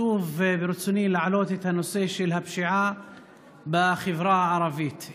שוב ברצוני להעלות את הנושא של הפשיעה בחברה הערבית.